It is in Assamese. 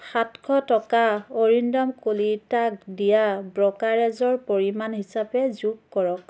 সাতশ টকা অৰিন্দম কলিতাক দিয়া ব্ৰ'কাৰেজৰ পৰিমাণ হিচাপে যোগ কৰক